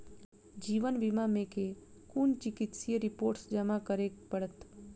जीवन बीमा मे केँ कुन चिकित्सीय रिपोर्टस जमा करै पड़त?